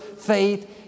faith